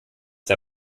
der